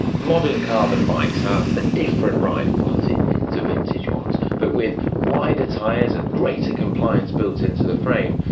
modern carbon bikes have a different ride quality to vintage ones, but with wider tires and greater compliance built into the frame,